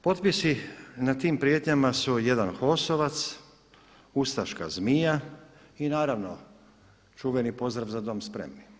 Potpisi na tim prijetnjama su jedan HOS-ovac, ustaška zmija i naravno čuveni pozdrav za dom spremni.